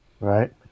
Right